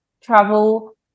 travel